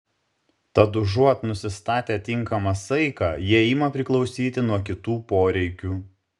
tad užuot nusistatę tinkamą saiką jie ima priklausyti nuo kitų poreikių